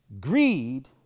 Greed